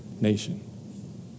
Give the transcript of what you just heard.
nation